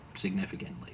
significantly